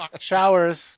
Showers